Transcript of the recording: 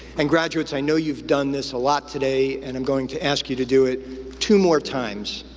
and graduates, i know you've done this a lot today, and i'm going to ask you to do it two more times,